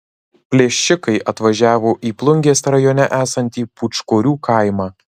plėšikai atvažiavo į plungės rajone esantį pūčkorių kaimą